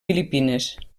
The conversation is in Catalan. filipines